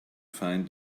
find